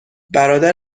برادر